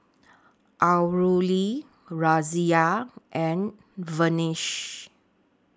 Alluri Razia and Verghese